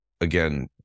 again